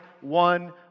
one